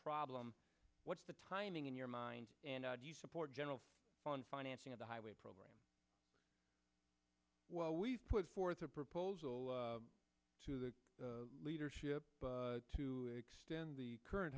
problem what's the timing in your mind and do you support general on financing of the highway program well we've put forth a proposal to the leadership to extend the current